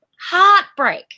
heartbreak